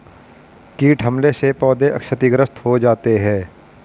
कीट हमले से पौधे क्षतिग्रस्त हो जाते है